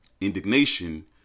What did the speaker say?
indignation